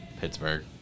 Pittsburgh